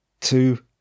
two